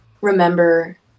remember